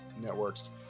networks